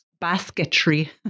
basketry